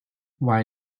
why